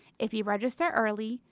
if you register early,